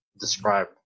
describe